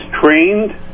trained